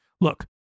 Look